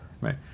right